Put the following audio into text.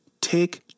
take